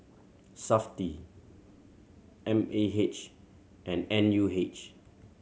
Safti M A H and N U H